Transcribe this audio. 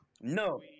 no